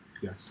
Yes